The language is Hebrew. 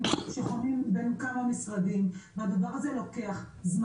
שחונים בין כמה משרדים והדבר הזה לוקח זמן.